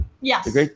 Yes